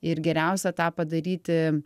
ir geriausia tą padaryti